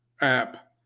app